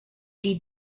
die